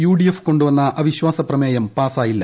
UDF കൊണ്ടുവിന്ന് അവിശ്വാസപ്രമേയം പാസായില്ല